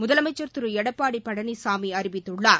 முதலமைச்சர் திரு எடப்பாடி பழனிசாமி அறிவித்துள்ளார்